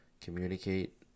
communicate